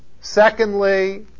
Secondly